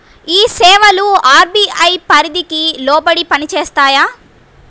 ఈ సేవలు అర్.బీ.ఐ పరిధికి లోబడి పని చేస్తాయా?